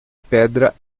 pedra